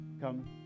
come